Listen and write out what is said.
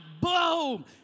boom